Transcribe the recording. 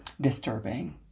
disturbing